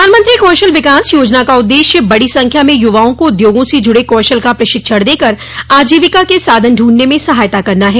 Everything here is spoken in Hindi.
प्रधानमंत्री कौशल विकास योजना का उद्देश्य बड़ी संख्या में युवाओं को उद्योगों से जुड़े कौशल का प्रशिक्षण देकर आजीविका के साधन ढूंढने में सहायता करना है